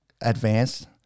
advanced